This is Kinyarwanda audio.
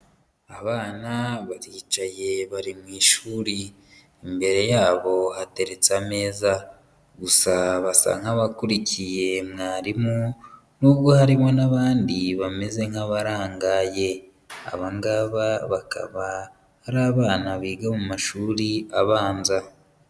Abana baricaye bari mu ishuri, imbere yabo hateretse ameza, gusa basa nkabakurikiye mwarimu n'ubwo harimo n'abandi bameze nk'abarangaye, aba ngaba bakaba ari abana biga mu mashuri abanza.